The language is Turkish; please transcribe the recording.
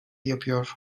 yapıyor